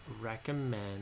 recommend